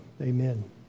Amen